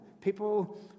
people